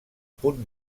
punt